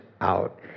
out